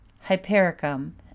hypericum